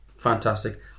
fantastic